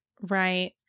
right